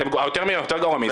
אתם יותר גרוע מעסקי.